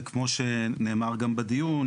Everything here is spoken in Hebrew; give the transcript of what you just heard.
וכמו שנאמר גם בדיון,